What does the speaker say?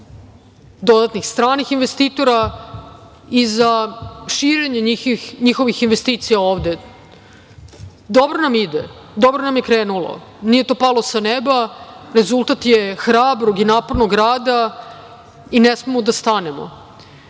dodatnih stranih investitora i za širenje njihovih investicija ovde. Dobro nam ide. Dobro nam je krenulo. Nije to palo sa neba, rezultat je hrabrog i napornog rada i ne smemo da stanemo.